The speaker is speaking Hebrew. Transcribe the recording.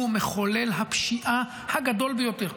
הוא מחולל הפשיעה הגדול ביותר,